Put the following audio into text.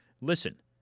listen